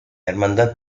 hermandad